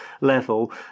level